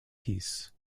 peace